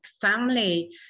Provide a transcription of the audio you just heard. family